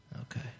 Okay